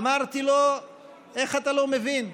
אמרתי לו: איך אתה לא מבין?